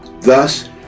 thus